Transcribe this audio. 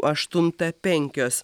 aštuntą penkios